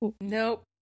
Nope